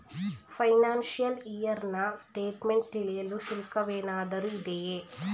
Financial year ನ statement ತಿಳಿಯಲು ಶುಲ್ಕವೇನಾದರೂ ಇದೆಯೇ?